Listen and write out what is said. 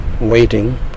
waiting